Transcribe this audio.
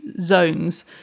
zones